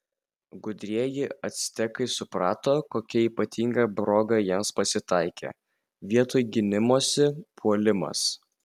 gudrieji actekai suprato kokia ypatinga proga jiems pasitaikė vietoj gynimosi puolimas